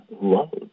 love